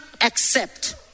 accept